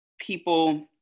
people